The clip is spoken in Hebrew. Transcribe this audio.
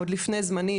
עוד לפני זמני,